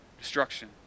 destruction